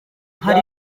hari